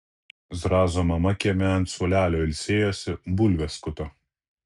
zrazo mama kieme ant suolelio ilsėjosi bulves skuto